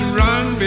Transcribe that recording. run